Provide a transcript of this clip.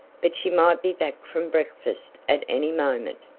but she might be back from breakfast at any moment!